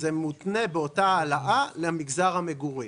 זה מותנה בהעלאה בשיעור זהה למגזר המגורים,